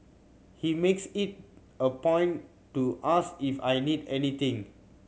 he makes it a point to ask if I need anything